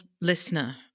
listener